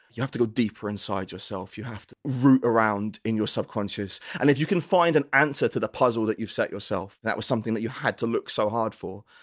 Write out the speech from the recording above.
you have to go deeper inside yourself, you have to root around in your subconscious, and if you can find an answer to the puzzle that you've set yourself, that was something that you had to look so hard for.